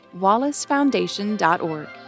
wallacefoundation.org